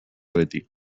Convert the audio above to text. beti